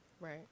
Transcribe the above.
Right